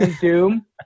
doom